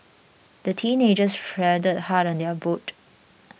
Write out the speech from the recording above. the teenagers paddled hard on their boat